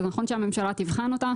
ונכון שהממשלה תבחן אותה.